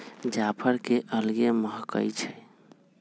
जाफर के अलगे महकइ छइ